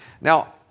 Now